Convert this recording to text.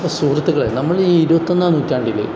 സുഹൃത്തുക്കളെ നമ്മൾ ഈ ഇരുപത്തി ഒന്നാം നൂറ്റാണ്ടിൽ